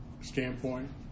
standpoint